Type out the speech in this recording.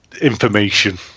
information